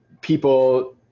people